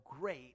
great